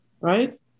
right